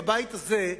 בבית הזה,